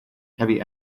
heavy